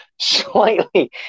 slightly